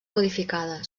modificada